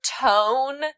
tone